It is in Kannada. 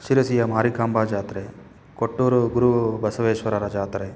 ಶಿರಸೀಯ ಮಾರಿಕಾಂಬಾ ಜಾತ್ರೆ ಕೊಟ್ಟೂರು ಗುರು ಬಸವೇಶ್ವರರ ಜಾತ್ರೆ